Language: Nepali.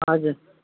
हजुर